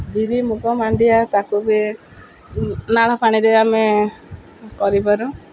ବିରି ମୁଗ ମାଣ୍ଡିଆ ତାକୁ ବି ନାଳ ପାଣିରେ ଆମେ କରିପାରୁ